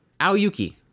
Aoyuki